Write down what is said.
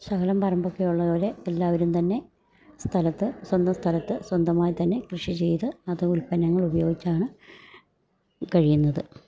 ശകലം പറമ്പൊക്കെ ഉള്ളവര് എല്ലാവരും തന്നെ സ്ഥലത്ത് സ്വന്തം സ്ഥലത്ത് സ്വന്തമായി തന്നെ കൃഷി ചെയ്ത് അത് ഉൽപ്പന്നങ്ങൾ ഉപയോഗിച്ചാണ് കഴിയുന്നത്